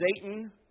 Satan